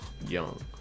young